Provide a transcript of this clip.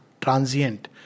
transient